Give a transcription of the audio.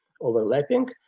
overlapping